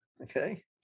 Okay